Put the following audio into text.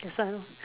that's why lor